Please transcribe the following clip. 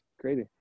crazy